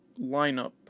lineup